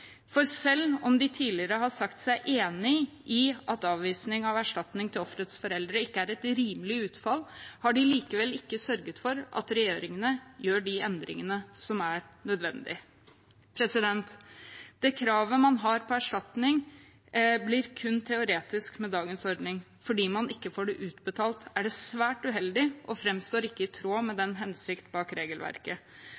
saken. Selv om de tidligere har sagt seg enig i at avvisning av erstatning til offerets foreldre ikke er et rimelig utfall, har de likevel ikke sørget for at regjeringen gjør de endringene som er nødvendige. Det kravet man har på erstatning, blir kun teoretisk med dagens ordning. Fordi man ikke får det utbetalt, er det svært uheldig og framstår ikke i tråd med